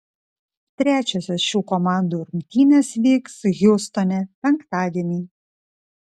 trečiosios šių komandų rungtynės vyks hjustone penktadienį